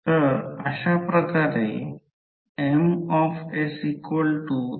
तर त्यानुसार पोलारिटी निवडू शकता हि पोलारिटी आहे हे आहे